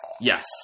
Yes